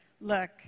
look